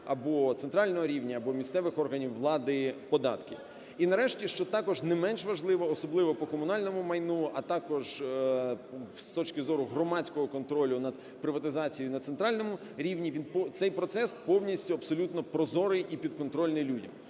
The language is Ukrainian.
або центрального рівня, або місцевих органів влади податків. І, нарешті, що також не менш важливо, особливо по комунальному майну, а також з точки зору громадського контролю над приватизацією на центральному рівні, цей процес повністю абсолютно прозорий і підконтрольний людям.